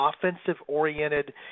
offensive-oriented